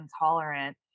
intolerant